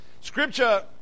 Scripture